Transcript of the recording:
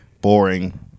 boring